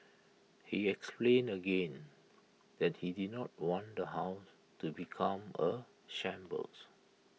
he explained again that he did not want the house to become A shambles